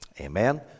Amen